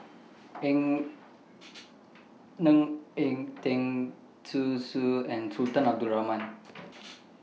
Ng Eng Teng Zhu Xu and Sultan Abdul Rahman